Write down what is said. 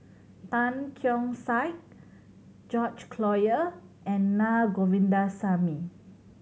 Tan Keong Saik George Collyer and Naa Govindasamy